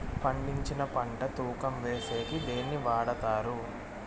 పండించిన పంట తూకం వేసేకి దేన్ని వాడతారు?